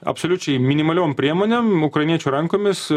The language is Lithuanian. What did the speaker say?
absoliučiai minimaliom priemonėm ukrainiečių rankomis